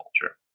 culture